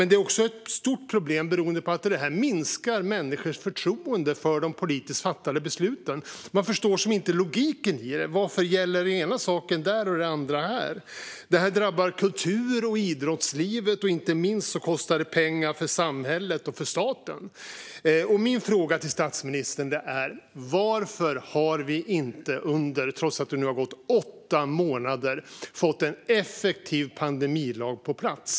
Det är också ett stort problem eftersom det minskar människors förtroende för de politiskt fattade besluten. Man förstår inte logiken. Varför gäller det ena här och det andra där? Det drabbar kultur och idrottsliv, och inte minst kostar det pengar för samhället och staten. Min fråga till statsministern är: Varför har vi efter åtta månader ännu inte fått en effektiv pandemilag på plats?